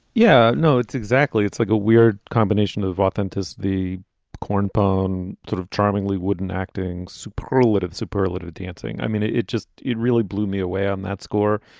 yeah, no, it's exactly it's like a weird combination of authenticity. the cornpone sort of charmingly wooden acting, superlative superlative dancing. i mean, it it just it really blew me away on that score.